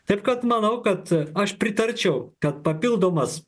taip kad manau kad aš pritarčiau kad papildomas